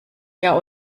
der